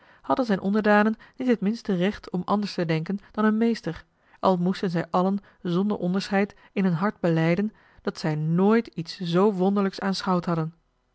hadden zijn onderdanen niet het minste recht om anders te denken dan hun meester al moesten zij allen zonder onderscheid in hun hart belijden dat zij nooit iets zoo wonderlijks aanschouwd hadden